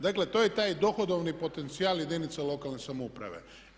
Dakle, to je taj dohodovni potencijal jedinica lokalne samouprave.